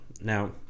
now